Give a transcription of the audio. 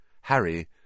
Harry